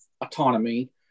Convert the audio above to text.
autonomy